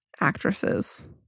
actresses